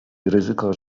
ryzyko